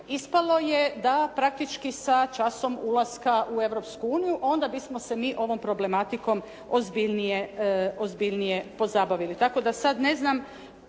ispalo je da praktički sa časom ulaska u Europsku uniju onda bismo se mi ovom problematikom ozbiljnije pozabavili, tako da sad ne znam